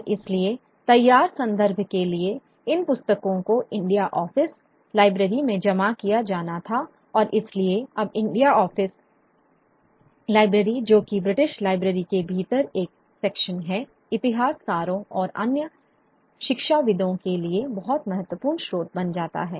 और इसलिए तैयार संदर्भ के लिए इन पुस्तकों को इंडिया ऑफिस लाइब्रेरी में जमा किया जाना था और इसलिए अब इंडिया ऑफिस लाइब्रेरी जो कि ब्रिटिश लाइब्रेरी के भीतर एक सेक्शन है इतिहासकारों और अन्य शिक्षाविदों के लिए बहुत महत्वपूर्ण स्रोत बन जाता है